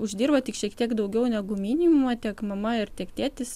uždirba tik šiek tiek daugiau negu minimumą tiek mama ir tiek tėtis